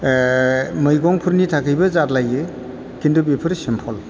मैगंफोरनि थाखायबो जालायो किन्तु बेफोरो सिम्पोल